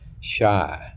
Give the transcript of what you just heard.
shy